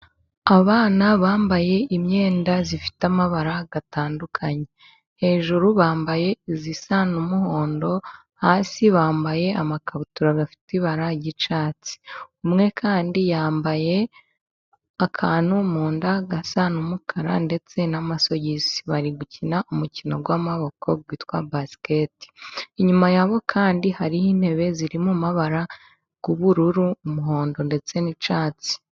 Abana bambaye imyenda ifite amabara atandukanye. Hejuru bambaye isa n'umuhondo, hasi bambaye amakabutura afite ibara ry'icyatsi. Umwe kandi yambaye akantu mu nda gasa n'umukara ndetse n'amasogisi. Bari gukina umukino w'amaboko witwa basiketi. Inyuma yabo kandi hariho intebe zirimo amabara y'ubururu, umuhondo ndetse n'icyatsi.